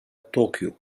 طوكيو